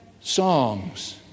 songs